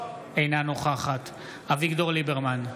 אינה נוכחת אביגדור ליברמן,